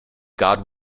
god